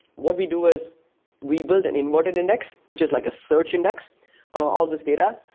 what we do is we build an inverted index, which is like a search index on all these data.